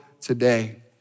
today